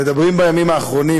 מדברים בימים האחרונים,